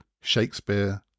Shakespeare